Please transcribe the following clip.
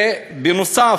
בנוסף,